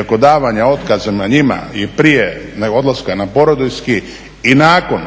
oko davanja otkaza njima i prije odlaska na porodiljski i nakon